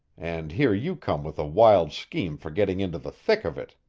and here you come with a wild scheme for getting into the thick of it.